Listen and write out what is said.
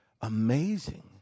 amazing